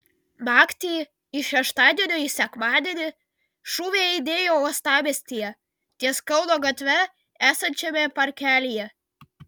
naktį iš šeštadienio į sekmadienį šūviai aidėjo uostamiestyje ties kauno gatve esančiame parkelyje